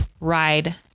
ride